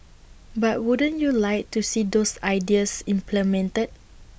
but wouldn't you like to see those ideas implemented